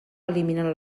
eliminen